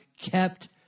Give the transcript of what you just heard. kept –